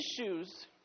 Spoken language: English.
issues